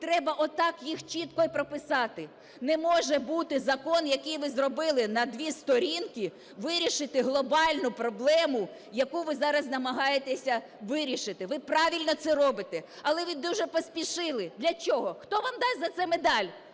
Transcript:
треба от так їх чітко і прописати. Не може бути закон, який ви зробили на дві сторінки, вирішити глобальну проблему, яку ви зараз намагаєтеся вирішити. Ви правильно це робите, але ви дуже поспішили. Для чого, хто вам дасть за це медаль?